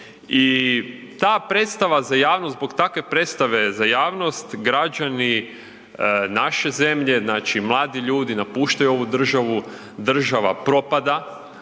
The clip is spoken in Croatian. I ta predstava za javnost, zbog takve predstave za javnost građani naše zemlje, mladi ljudi napuštaju našu državu, država propada,